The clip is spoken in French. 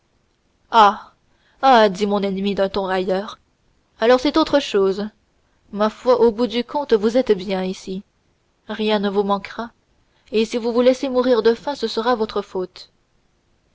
dit mon ennemi d'un ton railleur alors c'est autre chose ma foi au bout du compte vous êtes bien ici rien ne vous manquera et si vous vous laissez mourir de faim ce sera de votre faute